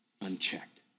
unchecked